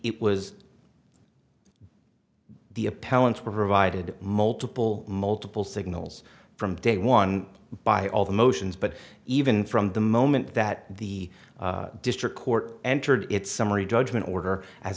it was the appellant were provided multiple multiple signals from day one by all the motions but even from the moment that the district court entered its summary judgment order as